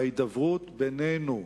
וההידברות בינינו,